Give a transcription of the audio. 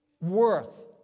Worth